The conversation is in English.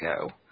go